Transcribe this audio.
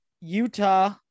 Utah